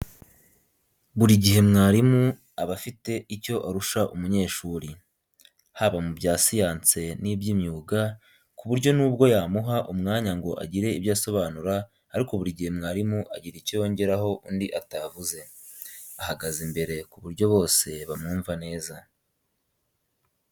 Buri gihe mwarimu aba afite icyo arusha umunyeshuri, haba mu bya siyansi n'iby'imyuga, ku buryo n'ubwo yamuha umwanya ngo agire ibyo asobanura ariko buri gihe mwarimu agira icyo yongeraho undi atavuze, ahagaze imbere ku buryo bose bamwumva neza.